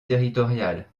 territoriale